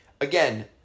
Again